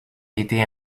été